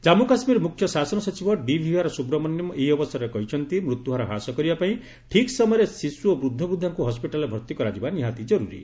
ଜମ୍ମୁ କାଶୁୀର ମୁଖ୍ୟ ଶାସନ ସଚିବ ଡିଭିଆର୍ ସୁବ୍ରମଣ୍ୟମ୍ ଏହି ଅବସରରେ କହିଛନ୍ତି ମୃତ୍ୟୁହାର ହ୍ରାସ କରିବାପାଇଁ ଠିକ୍ ସମୟରେ ଶିଶୁ ଓ ବୃଦ୍ଧବୃଦ୍ଧାଙ୍କୁ ହସ୍କିଟାଲ୍ରେ ଭର୍ଭି କରାଯିବା ନିହାତି ଜର୍ତରୀ